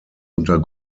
unter